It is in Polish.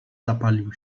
zapalił